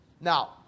Now